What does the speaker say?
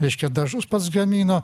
reiškia dažus pats gamino